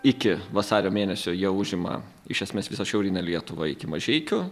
iki vasario mėnesio jie užima iš esmės visą šiaurinę lietuvą iki mažeikių